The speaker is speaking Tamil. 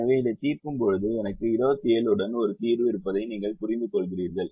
எனவே இதைத் தீர்க்கும்போது எனக்கு 27 உடன் ஒரு தீர்வு இருப்பதை நீங்கள் புரிந்துகொள்கிறீர்கள்